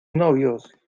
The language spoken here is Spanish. novios